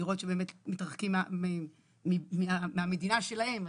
לראות שבאמת מתרחקים מהמדינה שלהם.